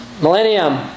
millennium